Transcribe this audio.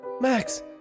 Max